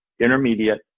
intermediate